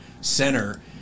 center